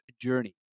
journey